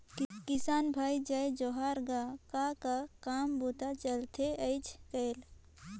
किसान भाई जय जोहार गा, का का काम बूता चलथे आयज़ कायल?